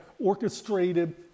orchestrated